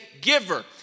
giver